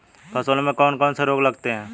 फसलों में कौन कौन से रोग लगते हैं?